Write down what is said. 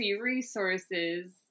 Resources